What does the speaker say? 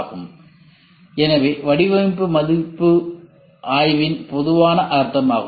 இதுவே வடிவமைப்பு மதிப்பு ஆய்வின் பொதுவான அர்த்தமாகும்